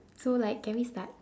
so like can we start